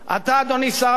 אדוני שר הביטחון,